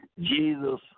Jesus